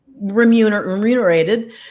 remunerated